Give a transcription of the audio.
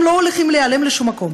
הם לא הולכים להיעלם לשום מקום.